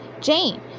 Jane